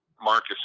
Marcus